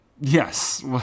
Yes